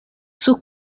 sus